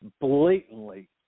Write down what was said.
blatantly